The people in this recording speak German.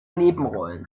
nebenrollen